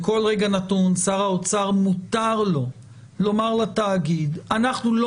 בכל רגע נתון שר האוצר מותר לו לומר לתאגיד: אנחנו לא